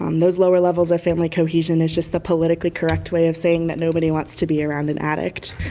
um those lower levels of family cohesion is just the politically correct way of saying that nobody wants to be around an addict.